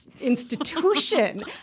institution